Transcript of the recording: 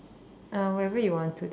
uh wherever you want to